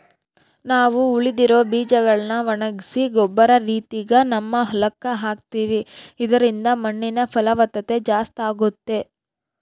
ನಾವು ಉಳಿದಿರೊ ಬೀಜಗಳ್ನ ಒಣಗಿಸಿ ಗೊಬ್ಬರ ರೀತಿಗ ನಮ್ಮ ಹೊಲಕ್ಕ ಹಾಕ್ತಿವಿ ಇದರಿಂದ ಮಣ್ಣಿನ ಫಲವತ್ತತೆ ಜಾಸ್ತಾಗುತ್ತೆ